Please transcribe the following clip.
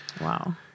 Wow